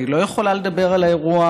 אני לא יכולה לדבר על האירוע,